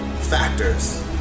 factors